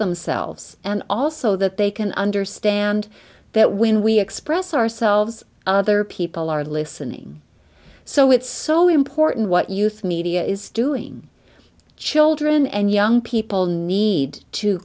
themselves and also that they can understand that when we express ourselves other people are listening so it's so important what youth media is doing children and young people need to